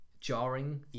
jarring